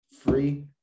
free